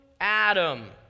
Adam